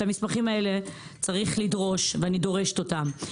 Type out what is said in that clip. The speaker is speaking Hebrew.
את המסמכים האלה צריך לדרוש, ואני דורשת אותם.